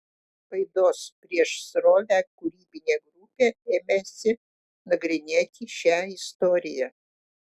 laidos prieš srovę kūrybinė grupė ėmėsi nagrinėti šią istoriją